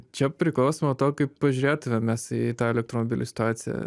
čia priklauso nuo to kaip pažiūrėtumėm mes į tą elektromobilių situaciją